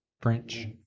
French